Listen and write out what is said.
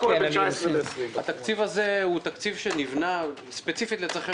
זה תקציב שנבנה ספציפית לצרכי משרד,